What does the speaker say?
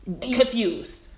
Confused